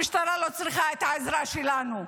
המשטרה לא צריכה את העזרה שלנו.